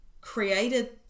created